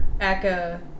Aka